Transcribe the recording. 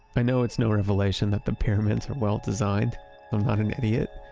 i know it's no revelation that the pyramids are well-designed. i'm not an idiot.